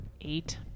Eight